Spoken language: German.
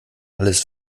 alles